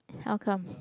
how come